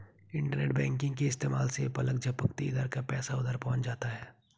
internet banking के इस्तेमाल से पलक झपकते इधर का पैसा उधर पहुँच जाता है